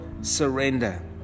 surrender